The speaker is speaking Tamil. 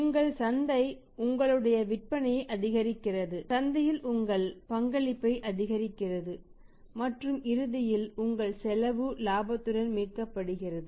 உங்கள் சந்தை உங்களுடைய விற்பனையை அதிகரிக்கிறது சந்தையில் உங்கள் பங்களிப்பை அதிகரிக்கிறது மற்றும் இறுதியில் உங்கள் செலவு இலாபத்துடன் மீட்கப்படுகிறது